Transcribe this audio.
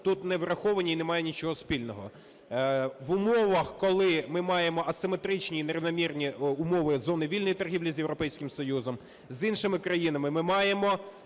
тут не враховані, і немає нічого спільного. В умовах, коли ми маємо асиметричні і нерівномірні умови зони вільної торгівлі з Європейським Союзом, з іншими країнами, ми маємо